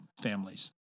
families